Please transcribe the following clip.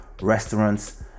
restaurants